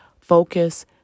focus